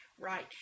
right